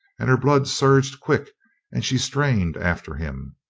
and her blood surged quick and she strained after him.